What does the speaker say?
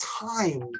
time